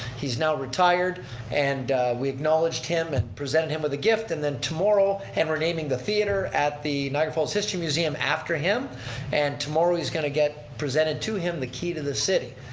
he's now retired and we acknowledged him and presented him with a gift and then tomorrow, and we're naming the theater at the niagara falls history museum after him and tomorrow he's going to get presented to him the key to the city.